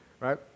right